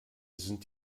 sind